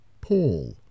paul